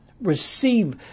receive